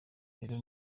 rero